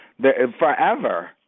Forever